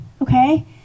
okay